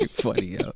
Funny